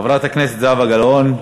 חברת הכנסת זהבה גלאון,